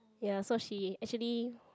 ya so she actually